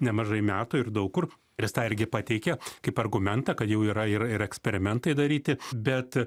nemažai metų ir daug kur ir jis tą irgi pateikia kaip argumentą kad jau yra ir ir eksperimentai daryti bet